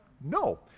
No